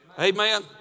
Amen